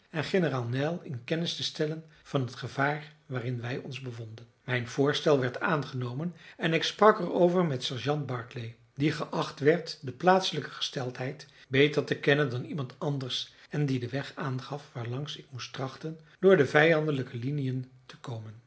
en generaal neill in kennis te stellen van het gevaar waarin wij ons bevonden mijn voorstel werd aangenomen en ik sprak er over met sergeant barclay die geacht werd de plaatselijke gesteldheid beter te kennen dan iemand anders en die den weg aangaf waarlangs ik moest trachten door de vijandelijke liniën te komen